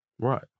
right